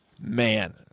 Man